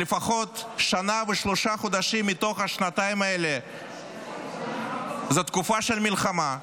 כשלפחות שנה ושלושה חודשים מתוך השנתיים האלה זו תקופה של מלחמה,